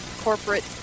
corporate